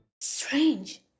Strange